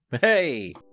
Hey